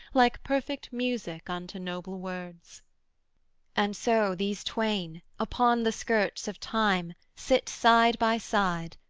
like perfect music unto noble words and so these twain, upon the skirts of time, sit side by side,